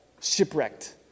shipwrecked